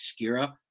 Skira